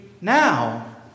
now